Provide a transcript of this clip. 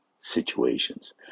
situations